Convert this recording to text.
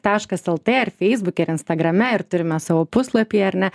taškas lt ar feisbuke ar instagrame ir turime savo puslapyje ar ne